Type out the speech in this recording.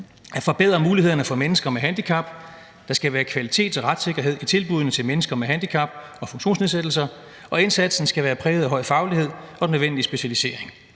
»Forbedre mulighederne for mennesker med handicap. Der skal være kvalitet og retssikkerhed i tilbuddene til mennesker med handicap og funktionsnedsættelser, og indsatsen skal være præget af en høj faglighed og den nødvendige specialisering.